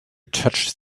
touched